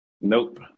Nope